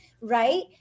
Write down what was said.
right